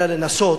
אלא לנסות,